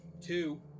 Two